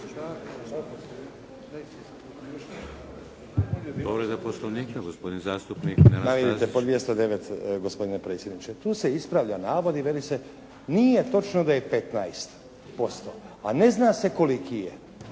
Povreda Poslovnika, gospodin zastupnik Nenad Stazić. **Friščić, Josip (HSS)** 209. gospodine predsjedniče. Tu se ispravlja navod i veli se, nije točno da je 15%, a nezna se koliki je.